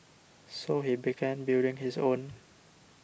so he began building his own